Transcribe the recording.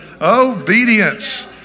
Obedience